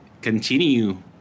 Continue